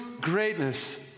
greatness